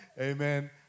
amen